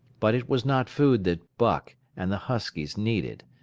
but it was not food that buck and the huskies needed,